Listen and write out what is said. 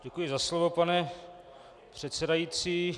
Děkuji za slovo, pane předsedající.